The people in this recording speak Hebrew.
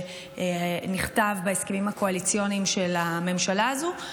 שנכתב בהסכמים הקואליציוניים של הממשלה הזאת,